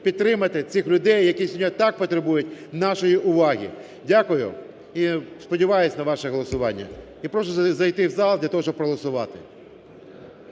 підтримати цих людей, які сьогодні так потребують нашої уваги. Дякую. І сподіваюся на ваше голосування. І прошу зайти в зал для того, щоб проголосувати.